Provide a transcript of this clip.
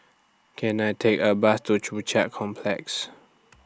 Can I Take A Bus to Joo Chiat Complex